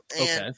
Okay